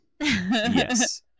Yes